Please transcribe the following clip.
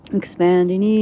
expanding